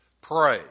pray